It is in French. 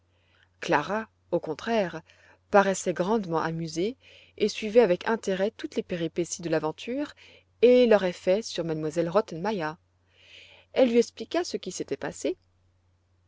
clara au contraire paraissait grandement amusée et suivait avec intérêt toutes les péripéties de l'aventure et leur effet sur m elle rottenmeier elle lui expliqua ce qui s'était passé